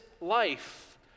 life